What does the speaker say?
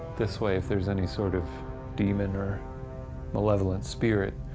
this way, if there's any sort of demon or malevolent spirit,